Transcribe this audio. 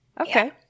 Okay